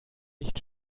nicht